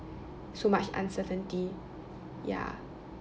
so much uncertainty ya